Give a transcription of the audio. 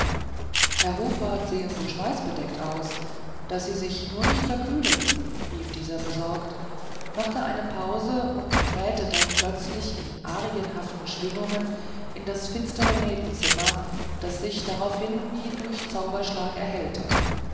herr hofrat sehen so schweißbedeckt aus daß sie sich nur nicht verkühlen rief dieser besorgt machte eine pause und krähte dann plötzlich in arienhaften schwingungen in das finstere nebenzimmer das sich daraufhin wie durch zauberschlag erhellte